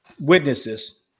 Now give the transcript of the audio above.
witnesses